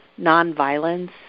nonviolence